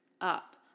up